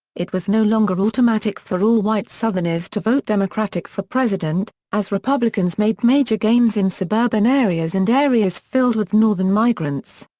it was no longer automatic for all white southerners to vote democratic for president, as republicans made major gains in suburban areas and areas filled with northern migrants.